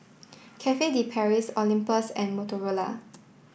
Cafe De Paris Olympus and Motorola